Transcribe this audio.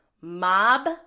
Mob